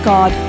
God